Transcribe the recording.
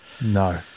No